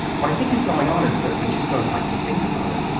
what i think is going on is that we just don't like to think about it.